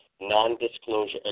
non-disclosure